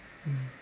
mm